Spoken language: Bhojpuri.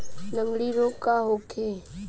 लगंड़ी रोग का होखे?